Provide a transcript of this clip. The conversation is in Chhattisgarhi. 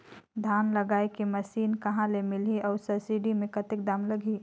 धान जगाय के मशीन कहा ले मिलही अउ सब्सिडी मे कतेक दाम लगही?